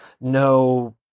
no